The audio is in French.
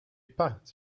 pas